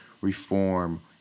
reform